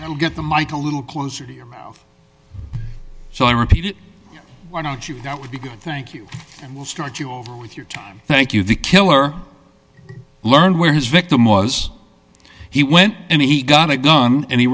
i'll get the my to little closer to your mouth so i repeated why don't you that would be good thank you and we'll start you over with your time thank you the killer learned where his victim was he went and he got a gun and he